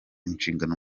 inshingano